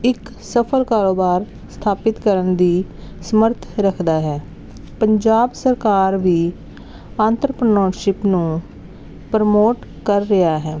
ਇੱਕ ਸਫ਼ਲ ਕਾਰੋਬਾਰ ਸਥਾਪਿਤ ਕਰਨ ਦੀ ਸਮਰਥ ਰੱਖਦਾ ਹੈ ਪੰਜਾਬ ਸਰਕਾਰ ਵੀ ਅੰਤਰਪਨੋਰਸ਼ਿਪ ਨੂੰ ਪ੍ਰਮੋਟ ਕਰ ਰਿਹਾ ਹੈ